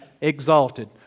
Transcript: exalted